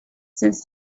since